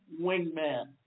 wingman